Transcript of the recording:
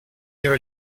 your